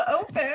open